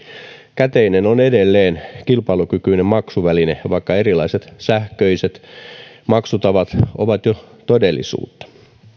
käteinen on edelleen kilpailukykyinen maksuväline vaikka erilaiset sähköiset maksutavat ovat jo todellisuutta